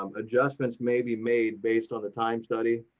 um adjustments made be made based on the time study,